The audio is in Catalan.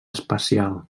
espacial